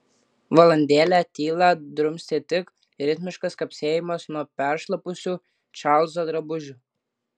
valandėlę tylą drumstė tik ritmiškas kapsėjimas nuo peršlapusių čarlzo drabužių